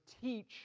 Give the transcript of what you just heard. teach